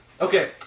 Okay